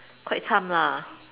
quite cham lah